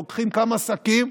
לוקחים כמה שקים,